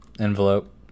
envelope